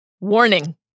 Warning